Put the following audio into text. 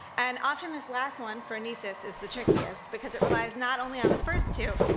and often, this last one, phronesis, is the trickiest, because it relies not only on the first two,